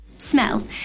Smell